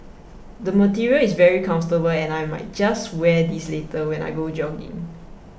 the material is very comfortable and I might just wear this later when I go jogging